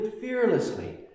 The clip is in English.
fearlessly